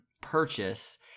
purchase